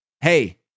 hey